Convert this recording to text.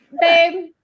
babe